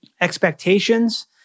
expectations